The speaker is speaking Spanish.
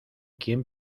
quien